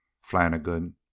Flanagan